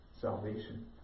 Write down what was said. salvation